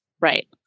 Right